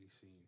seen